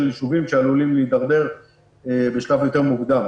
יישובים שעלולים להתדרדר בשלב יותר מוקדם.